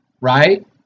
right